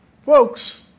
Folks